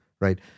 right